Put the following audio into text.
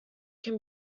can